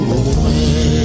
away